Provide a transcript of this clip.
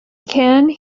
cannes